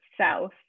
south